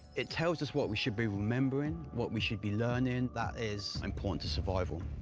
it tells us what we should be remembering, what we should be learning, that is important to survival.